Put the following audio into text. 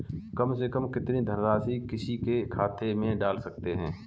कम से कम कितनी धनराशि किसी के खाते में डाल सकते हैं?